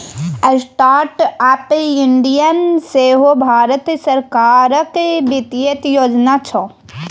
startup India सेहो भारत सरकारक बित्तीय योजना छै